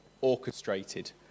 orchestrated